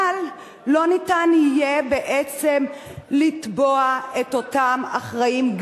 אבל לא יהיה אפשר בעצם לתבוע את אותם אחראים,